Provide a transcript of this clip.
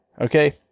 Okay